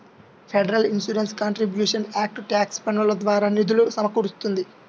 federal insurance contributions act tax పన్నుల ద్వారా నిధులు సమకూరుస్తుంది